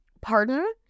Pardon